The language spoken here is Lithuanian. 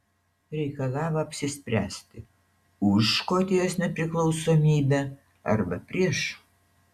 reikalavo apsispręsti už škotijos nepriklausomybę arba prieš